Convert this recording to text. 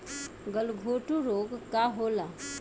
गलघोटू रोग का होला?